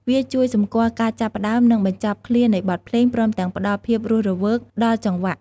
វាជួយសម្គាល់ការចាប់ផ្ដើម និងបញ្ចប់ឃ្លានៃបទភ្លេង ព្រមទាំងផ្តល់ភាពរស់រវើកដល់ចង្វាក់។